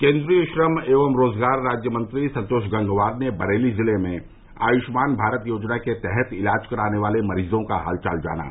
केन्द्रीय श्रम एवं रोजगार राज्य मंत्री संतोष गंगवार ने बरेली जिले में आयुष्मान भारत योजना के तहत इलाज कराने वाले मरीजों का हालचाल जाना